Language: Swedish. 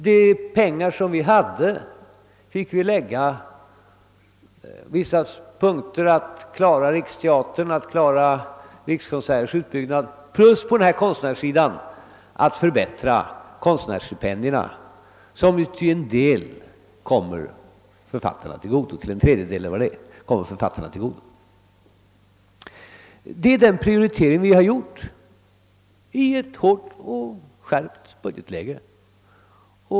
De pengar vi hade fick därför läggas på vissa punkter: riksteatern, rikskonsertverksamhetens utbyggnad och en förbättring av konstnärsstipendierna, som ju till ungefär en tredjedel kommer författarna till godo. Det är den prioriteringen vi har gjort i ett hårt och skärpt budgetläge.